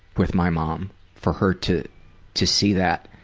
with my mom for her to to see that,